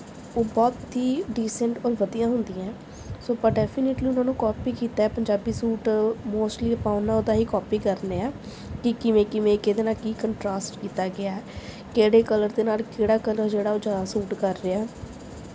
ਉਹ ਬਹੁਤ ਹੀ ਡੀਸੈਂਟ ਔਰ ਵਧੀਆ ਹੁੰਦੀਆਂ ਸੋ ਆਪਾਂ ਡੈਫੀਨੇਟਲੀ ਉਹਨਾਂ ਨੂੰ ਕਾਪੀ ਕੀਤਾ ਪੰਜਾਬੀ ਸੂਟ ਮੋਸਟਲੀ ਆਪਾਂ ਉਹਨਾਂ ਦਾ ਹੀ ਕਾਪੀ ਕਰਦੇ ਹਾਂ ਕਿ ਕਿਵੇਂ ਕਿਵੇਂ ਕਿਹਦੇ ਨਾਲ ਕੀ ਕੰਟਰਾਸਟ ਕੀਤਾ ਗਿਆ ਕਿਹੜੇ ਕਲਰ ਦੇ ਨਾਲ ਕਿਹੜਾ ਕਲਰ ਜਿਹੜਾ ਉਹ ਜ਼ਿਆਦਾ ਸੂਟ ਕਰ ਰਿਹਾ